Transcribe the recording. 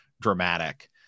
dramatic